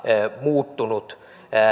muuttunut